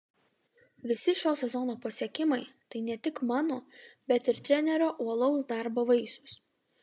visi šio sezono pasiekimai tai ne tik mano bet ir trenerio uolaus darbo vaisius